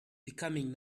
becoming